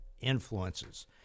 influences